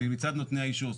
מצד נותני האישור.